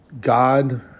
God